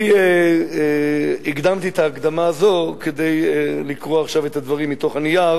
אני הקדמתי את ההקדמה הזו כדי לקרוא עכשיו את הדברים מתוך הנייר